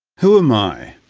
who am i?